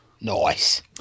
Nice